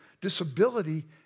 disability